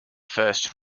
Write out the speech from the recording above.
first